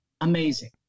Amazing